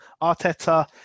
Arteta